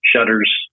shutters